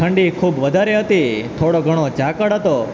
ઠંડી ખૂબ વધારે હતી થોડી ઘણી ઝાકળ હતી